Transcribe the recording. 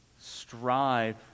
strive